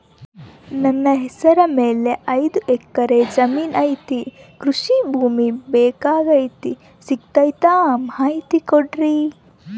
ನನ್ನ ಹೆಸರ ಮ್ಯಾಲೆ ಐದು ಎಕರೆ ಜಮೇನು ಐತಿ ಕೃಷಿ ವಿಮೆ ಬೇಕಾಗೈತಿ ಸಿಗ್ತೈತಾ ಮಾಹಿತಿ ಕೊಡ್ರಿ?